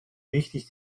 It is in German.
wichtig